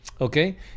Okay